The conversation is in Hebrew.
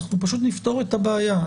אנחנו פשוט נפתור את הבעיה.